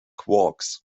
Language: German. quarks